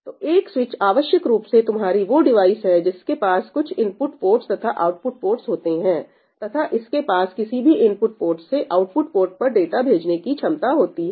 तो एक स्विच आवश्यक रूप से तुम्हारी वो डिवाइस है जिसके पास कुछ इनपुट पोर्ट्स तथा आउटपुट पोर्ट्स होते हैं तथा इसके पास किसी भी इनपुट पोर्ट से आउटपुट पोर्ट पर डाटा भेजने की क्षमता होती है